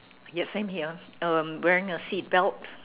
yes same here um wearing a seat belt